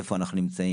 איפה אנחנו נמצאים,